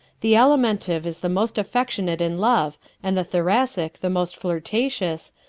the alimentive is the most affectionate in love and the thoracic the most flirtatious,